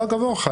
לא אגב אורחא,